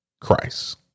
Christ